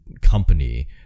company